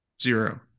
Zero